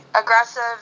aggressive